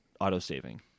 auto-saving